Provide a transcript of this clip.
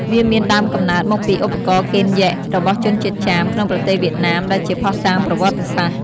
វាមានដើមកំណើតមកពីឧបករណ៍ "កេនយិ" របស់ជនជាតិចាមក្នុងប្រទេសវៀតណាម ដែលជាភស្តុតាងប្រវត្តិសាស្ត្រ។